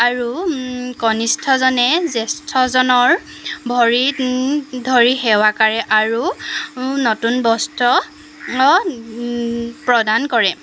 আৰু কনিষ্ঠজনে জ্যেষ্ঠজনৰ ভৰিত ধৰি সেৱা কাঢ়ে আৰু নতুন বস্ত্ৰ প্ৰদান কৰে